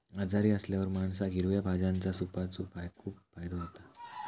आजारी असल्यावर माणसाक हिरव्या भाज्यांच्या सूपाचो खूप फायदो होता